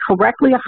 correctly